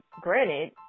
granted